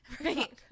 Right